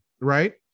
right